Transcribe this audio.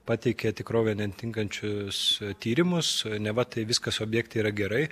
pateikė tikrovę neatitinkančius tyrimus neva tai viskas objekte yra gerai